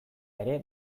ere